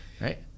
Right